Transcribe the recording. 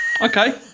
Okay